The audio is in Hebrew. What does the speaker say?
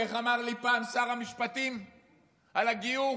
איך אמר לי פעם שר המשפטים על הגיור?